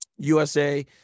USA